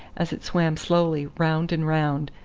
as it swam slowly round and round,